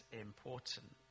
important